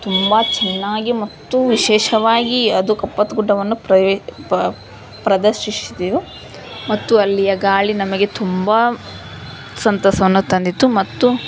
ತುಂಬ ಚೆನ್ನಾಗಿ ಮತ್ತು ವಿಶೇಷವಾಗಿ ಅದು ಕಪ್ಪತಗುಡ್ಡವನ್ನು ಪ್ರವೇ ಪ ಪ್ರದರ್ಶಿಸಿದೆವು ಮತ್ತು ಅಲ್ಲಿಯ ಗಾಳಿ ನಮಗೆ ತುಂಬ ಸಂತಸವನ್ನು ತಂದಿತು ಮತ್ತು